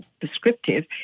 descriptive